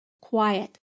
quiet